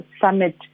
summit